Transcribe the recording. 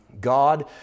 God